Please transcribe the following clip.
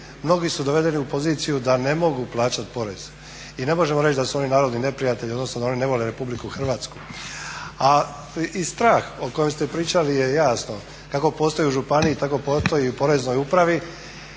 mnogi su dovedeni u poziciju da ne mogu plaćati porez. I ne možemo reći da su oni narodni neprijatelji odnosno da oni ne vole RH. A i strah o kojem ste pričali je jasno kako postoji u županiji tako postoji i u Poreznoj upravi,